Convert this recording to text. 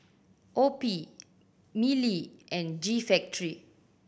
OPI Mili and G Factory